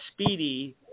Speedy